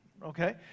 Okay